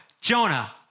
Jonah